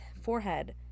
forehead